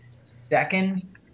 second